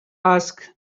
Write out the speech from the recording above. ask